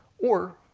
or,